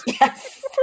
Yes